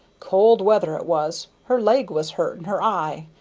cold weather it was. her leg was hurt, and her eye,